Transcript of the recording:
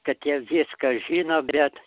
kad jie viską žino bet